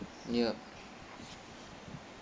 yup